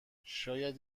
شاید